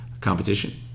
competition